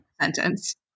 Sentence